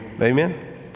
Amen